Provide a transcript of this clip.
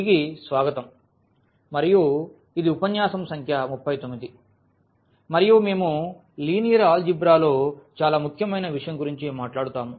తిరిగి స్వాగతం మరియు ఇది ఉపన్యాసం సంఖ్య 39 మరియు మేము లీనియర్ ఆల్జీబ్రా లో చాలా ముఖ్యమైన విషయం గురించి మాట్లాడుతాము